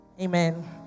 Amen